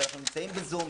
כשאנחנו נמצאים בזום,